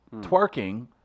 twerking